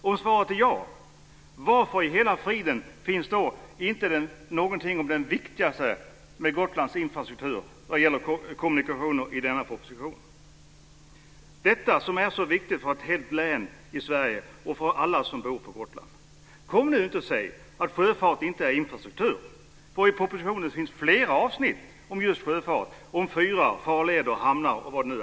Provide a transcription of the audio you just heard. Om svaret är ja, varför i hela friden finns då i denna proposition inte den viktigaste delen av Gotlands infrastruktur vad gäller kommunikationer med? Detta är ju så viktigt för ett helt län i Kom nu inte och säg att sjöfart inte är infrastruktur! I propositionen finns det flera avsnitt om just sjöfarten - om fyrar, farleder, hamnar osv.